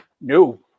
No